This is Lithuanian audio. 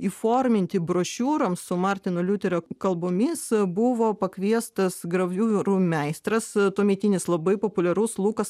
įforminti brošiūrom su martino liuterio kalbomis buvo pakviestas graviūrų meistras tuometinis labai populiarus lukas